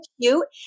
cute